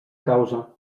causa